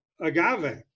agave